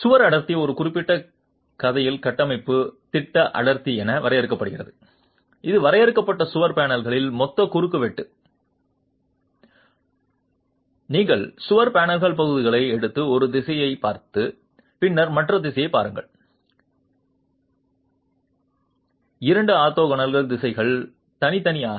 சுவர் அடர்த்தி ஒரு குறிப்பிட்ட கதையில் கட்டமைப்பு திட்ட அடர்த்தி என வரையறுக்கப்படுகிறது இது வரையறுக்கப்பட்ட சுவர் பேனல்களின் மொத்த குறுக்கு வெட்டு பகுதி நீங்கள் சுவர் பேனல்கள் பகுதிகளை எடுத்து ஒரு திசையைப் பார்த்து பின்னர் மற்ற திசையைப் பாருங்கள் இரண்டு ஆர்த்தோகனல் திசைகள் தனித்தனியாக